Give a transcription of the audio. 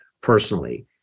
personally